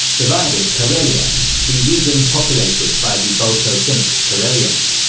divided karelia the region populated by the balto-finnic karelians.